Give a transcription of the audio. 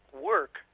work